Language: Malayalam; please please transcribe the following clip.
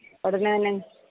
ഉടനെ തന്നെ